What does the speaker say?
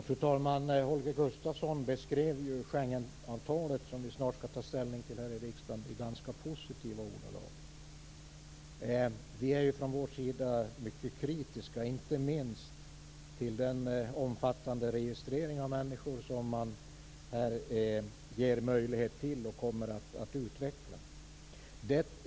Fru talman! Holger Gustafsson beskrev Schengenavtalet, som vi snart skall ta ställning till här i riksdagen, i ganska positiva ordalag. Vi är från vår sida mycket kritiska, inte minst till den omfattande registrering av människor som man här ger möjlighet till och kommer att utveckla.